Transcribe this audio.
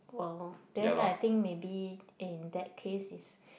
!wow! then I think maybe in that case is